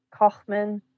Kochman